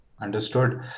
Understood